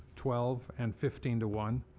twelve and fifteen to one,